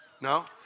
No